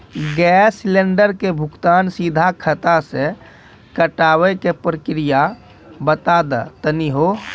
Gas cylinder के भुगतान सीधा खाता से कटावे के प्रक्रिया बता दा तनी हो?